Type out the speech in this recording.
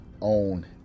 own